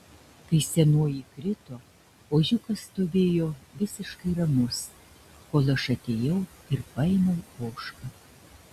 kai senoji krito ožiukas stovėjo visiškai ramus kol aš atėjau ir paėmiau ožką